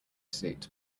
suit